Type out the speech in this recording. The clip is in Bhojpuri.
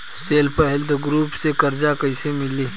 सेल्फ हेल्प ग्रुप से कर्जा कईसे मिली?